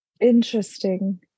Interesting